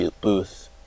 booth